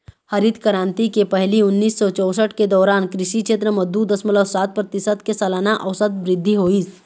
हरित करांति के पहिली उन्नीस सौ चउसठ के दउरान कृषि छेत्र म दू दसमलव सात परतिसत के सलाना अउसत बृद्धि होइस